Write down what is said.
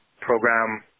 program